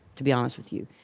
to be honest with you.